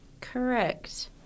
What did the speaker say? Correct